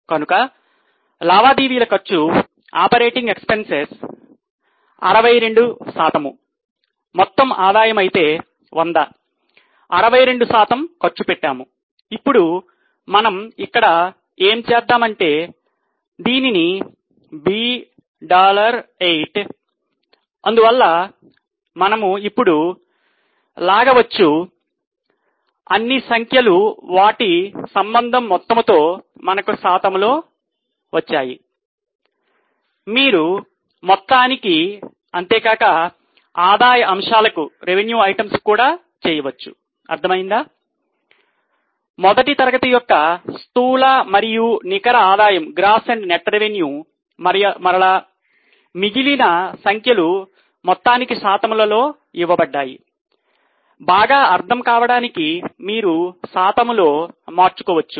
కనుక లావాదేవీల ఖర్చు మరియు మిగిలిన సంఖ్యలు మొత్తానికి శాతంలో ఇవ్వబడ్డాయి బాగా అర్థం కావడానికి మీరు శాతంలో మార్చుకోవచ్చు